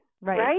Right